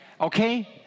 okay